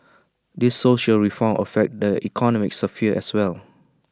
these social reforms affect the economic sphere as well